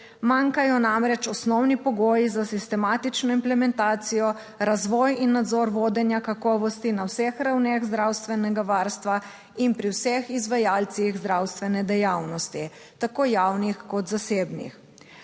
Manjkajo namreč osnovni pogoji za sistematično implementacijo, razvoj in nadzor vodenja kakovosti na vseh ravneh zdravstvenega varstva in pri vseh izvajalcih zdravstvene dejavnosti, tako javnih kot zasebnih.